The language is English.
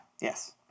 Yes